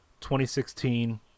2016